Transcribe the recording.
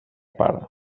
pare